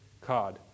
card